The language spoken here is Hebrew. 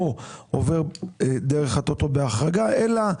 עובר דרך ה-טוטו בהחרגה אלא בהתחייבות,